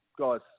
guys